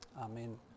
Amen